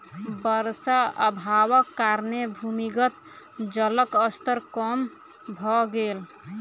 वर्षा अभावक कारणेँ भूमिगत जलक स्तर कम भ गेल